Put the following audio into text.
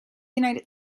united